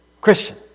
Christian